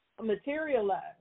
materialize